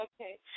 okay